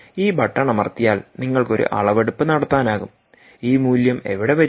ഈ ബട്ടൺ അമർത്തിയാൽ നിങ്ങൾക്ക് ഒരു അളവെടുപ്പ് നടത്താനാകും ഈ മൂല്യം എവിടെ വരും